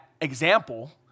example